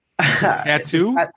Tattoo